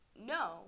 no